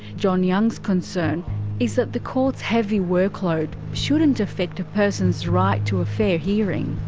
john young's concern is that the court's heavy workload shouldn't affect a person's right to a fair hearing.